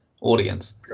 audience